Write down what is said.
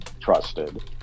trusted